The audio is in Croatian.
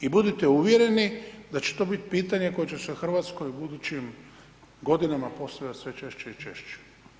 I budite uvjereni da će to biti pitanje koje će se u Hrvatskoj u budućim godinama postavljat sve češće i češće.